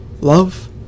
love